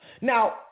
Now